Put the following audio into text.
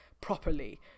properly